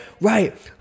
right